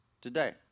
today